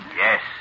Yes